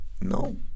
No